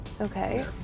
Okay